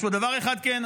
יש פה דבר אחד, כן.